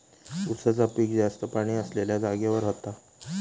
उसाचा पिक जास्त पाणी असलेल्या जागेवर होता